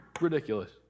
ridiculous